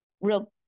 real